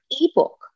ebook